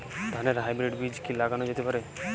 ধানের হাইব্রীড বীজ কি লাগানো যেতে পারে?